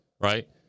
right